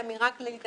כללית.